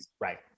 right